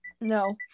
No